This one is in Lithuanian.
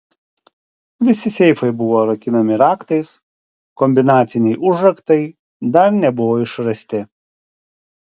visi seifai buvo rakinami raktais kombinaciniai užraktai dar nebuvo išrasti